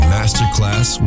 Masterclass